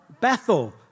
Bethel